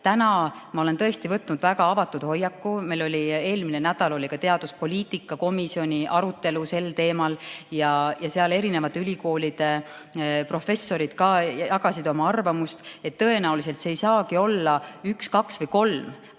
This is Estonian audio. Täna ma olen tõesti võtnud väga avatud hoiaku. Meil oli eelmisel nädalal ka teaduspoliitika komisjoni arutelu sel teemal ja seal jagasid ülikoolide professorid oma arvamust. Tõenäoliselt see ei saagi olla esimene, teine